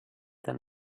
then